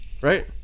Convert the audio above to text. Right